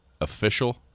official